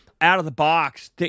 out-of-the-box